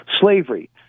slavery